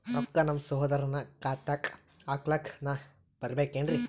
ರೊಕ್ಕ ನಮ್ಮಸಹೋದರನ ಖಾತಾಕ್ಕ ಹಾಕ್ಲಕ ನಾನಾ ಬರಬೇಕೆನ್ರೀ?